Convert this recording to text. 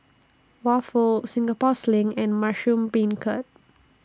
Waffle Singapore Sling and Mushroom Beancurd